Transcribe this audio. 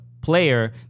player